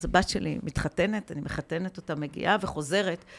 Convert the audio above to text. אז הבת שלי מתחתנת, אני מחתנת אותה, מגיעה וחוזרת.